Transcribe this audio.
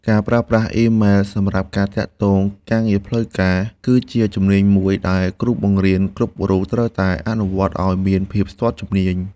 ការប្រើប្រាស់អ៊ីមែលសម្រាប់ការទាក់ទងការងារផ្លូវការគឺជាជំនាញមួយដែលគ្រូបង្រៀនគ្រប់រូបត្រូវតែអនុវត្តឱ្យមានភាពស្ទាត់ជំនាញ។